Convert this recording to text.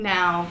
Now